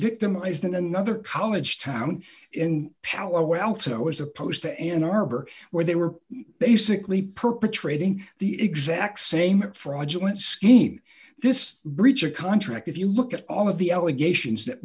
victimized in another college town in palo alto as opposed to ann arbor where they were basically perpetrating the exact same fraudulent scheme this breach of contract if you look at all of the allegations that